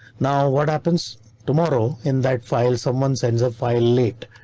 now what happens tomorrow? in that file, someone sends a file late,